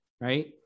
right